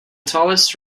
tallest